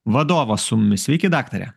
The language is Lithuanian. vadovas su mumis sveiki daktare